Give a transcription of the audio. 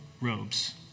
robes